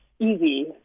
easy